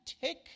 take